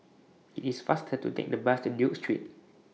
IT IS faster to Take The Bus to Duke Street